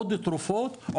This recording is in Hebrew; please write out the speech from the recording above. עוד תרופות,